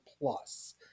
Plus